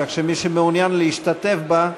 כך שמי שמעוניין להשתתף בה,